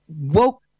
woke